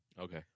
Okay